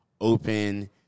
open